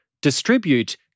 distribute